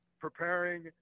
preparing